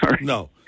No